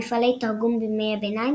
מפעלי תרגום בימי הביניים,